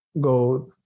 go